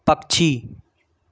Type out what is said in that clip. पक्षी